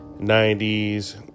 90s